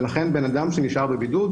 ולכן בן אדם שנשאר בבידוד,